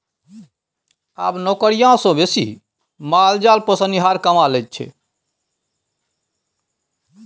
आब नौकरिया सँ बेसी माल जाल पोसनिहार कमा रहल छै